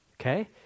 Okay